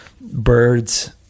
Birds